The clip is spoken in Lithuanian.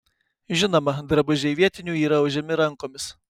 žinoma drabužiai vietinių yra audžiami rankomis